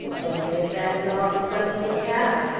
wonder if that is all the fun they have?